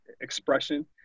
expression